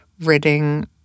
ridding